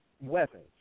weapons